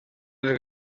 els